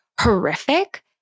horrific